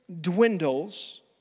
dwindles